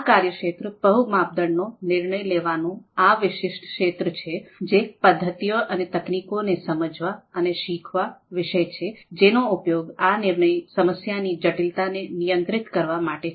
આ કાર્યક્ષેત્ર બહુ માપદંડનો નિર્ણય લેવાનો આ વિશિષ્ટ ક્ષેત્ર છે જે પદ્ધતિઓ અને તકનીકો ને સમજવા અને શીખવા વિશે છે જેનો ઉપયોગ આ નિર્ણય સમસ્યાઓની જટિલતાને નિયંત્રિત કરવા માટે છે